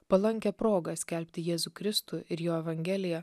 palankią progą skelbti jėzų kristų ir jo evangeliją